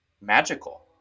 magical